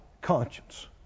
conscience